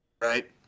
right